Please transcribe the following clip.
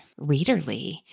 readerly